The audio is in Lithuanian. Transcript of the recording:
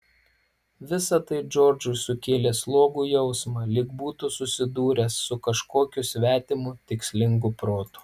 visa tai džordžui sukėlė slogų jausmą lyg būtų susidūręs su kažkokiu svetimu tikslingu protu